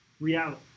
reality